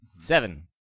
Seven